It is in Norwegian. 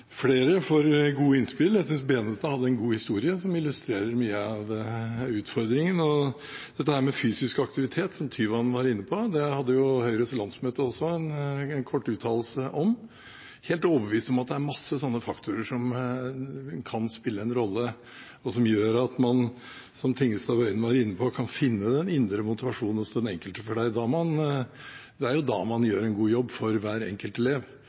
flere for gode innspill. Jeg synes Tveiten Benestad hadde en god historie som illustrerer mye av utfordringen, og dette med fysisk aktivitet, som Tyvand var inne på, hadde jo Høyres landsmøte også en kort uttalelse om. Jeg er helt overbevist om at det er mange sånne faktorer som kan spille en rolle, og som gjør at man – som Tingelstad Wøien var inne på – kan finne den indre motivasjonen hos den enkelte. Det er jo da man gjør en god jobb for hver enkelt elev